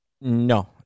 No